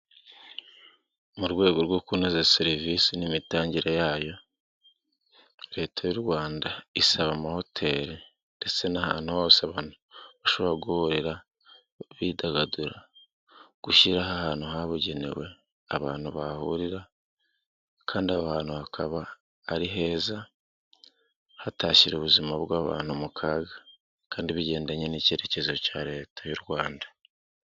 Mu rwego rwo kunoza serivisi n'imitangire yayo, leta y'u Rwanda isaba amahoteli ndetse n'ahantu hose abantu bahobora guhorira, bidagadura, gushyiraho ahantu habugenewe, abantu bahurira kandi ahantu hakaba ari heza hatashyira ubuzima bw'abantu mu kaga kandi bigendanye n'icyerekezo cya leta y'u Rwanda.